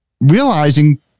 realizing